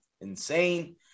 insane